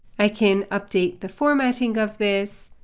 i can update the formatting of this.